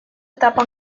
etapa